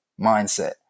mindset